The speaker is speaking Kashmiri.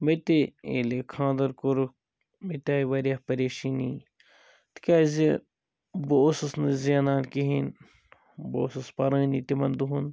مےٚ تہِ ییٚلہِ خاندَر کوٚرُکھ مےٚ تہِ آیہِ واریاہ پریشٲنی تکیٛازِ بہٕ اوسُس نہٕ زینان کِہیٖنۍ بہٕ اوسُس پَرٲنی تِمَن دۄہَن